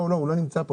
לא, הוא לא נמצא פה.